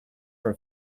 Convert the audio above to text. from